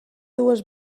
dues